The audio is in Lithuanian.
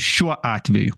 šiuo atveju